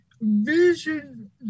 Vision